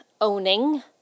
owning